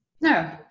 No